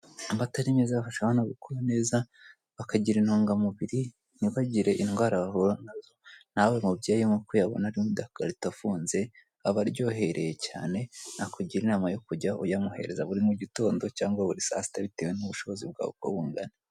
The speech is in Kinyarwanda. Amata ni meza afasha abana gukura neza bakagira intungamubiri ntihagire indwara bahura nazo. Nawe mu byeyi nkuko uyabona aroimu dukarito afunze aba aryohereye cyane nakugira inama yo kujya uyamuha buri mu gitondo cyangwa buri saa sita bitewe n'ubushobozi bwawe.